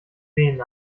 wehen